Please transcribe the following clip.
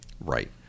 Right